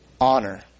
honor